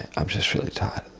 i'm just really tired.